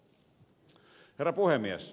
herra puhemies